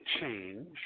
change